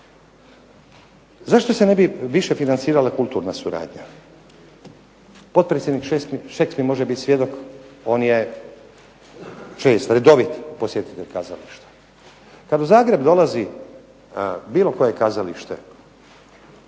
Zašto se ne bi više financirala kulturna suradnja, potpredsjednik Šeks mi može biti svjedok, on je redovit posjetitelj kazališta. Kada u Zagreb dolazi bilo koje kazalište